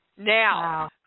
Now